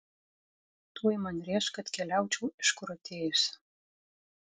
tuoj man rėš kad keliaučiau iš kur atėjusi